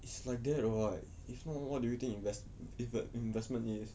it's like that [what] if not what do you think invest inv~ investment is